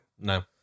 no